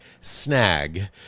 snag